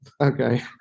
Okay